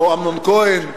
כמו אמנון כהן,